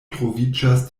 troviĝas